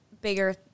bigger